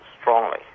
strongly